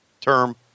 term